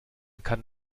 kann